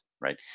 right